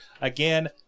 Again